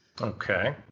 Okay